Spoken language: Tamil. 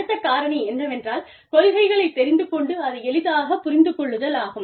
அடுத்த காரணி என்னவென்றால் கொள்கைகளைத் தெரிந்து கொண்டு அதை எளிதாகப் புரிந்துகொள்ளுதலாகும்